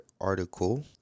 article